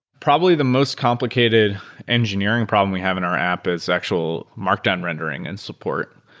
probably the most complicated engineering problem we have in our app is actual markdown rendering and support.